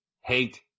hate